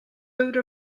vote